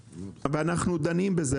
ואנחנו דנים בזה,